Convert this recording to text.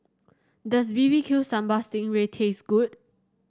does B B Q Sambal Sting Ray taste good